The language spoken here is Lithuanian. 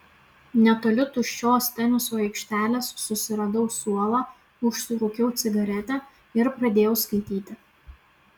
netoli tuščios teniso aikštelės susiradau suolą užsirūkiau cigaretę ir pradėjau skaityti